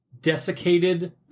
desiccated